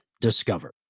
Discover